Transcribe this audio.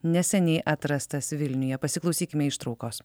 neseniai atrastas vilniuje pasiklausykime ištraukos